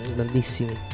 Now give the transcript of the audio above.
Grandissimi